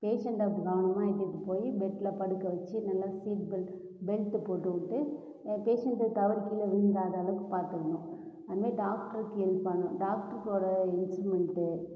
பேஷண்ட்டை கவனமாக இட்டுட்டு போய் பெட்ல படுக்க வச்சு நல்லா சீட் பெல்ட் பெல்ட்டு போட்டு விட்டு பேஷண்ட்டு தவறி கீழே விழுந்துடாத அளவுக்கு பார்த்துக்கணும் அது மாதிரி டாக்டருக்கு ஹெல்ப் பண்ணும் டாக்ட்ருக்கு வர இஸ்ட்ருமெண்ட்டு